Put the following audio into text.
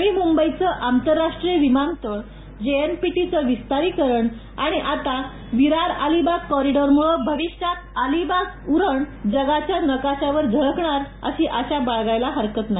नवी मुंबईचं आंतरराष्ट्रीय विमानतळ जेएनपीटीचं विस्तारिकरण आणि आता विरार अलिबाग कॉरिडोरमूळं भविष्यात अलिबाग उरण जगाच्या नकाशावर झळकणार आहे अशी अशा बाळगायला हरकत नाही